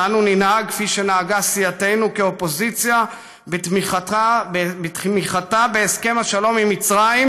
ואנו ננהג כפי שנהגה סיעתנו כאופוזיציה בתמיכתה בהסכם השלום עם מצרים,